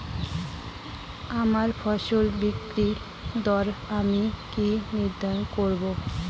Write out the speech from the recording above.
আমার ফসল বিক্রির দর আমি কি করে নির্ধারন করব?